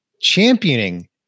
championing